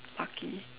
lucky